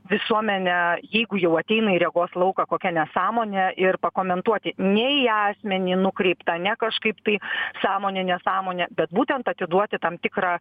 visuomenę jeigu jau ateina į regos lauką kokia nesąmonė ir pakomentuoti ne į asmenį nukreiptą ne kažkaip tai sąmonė nesąmonė bet būtent atiduoti tam tikrą